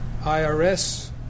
IRS